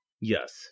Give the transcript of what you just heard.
yes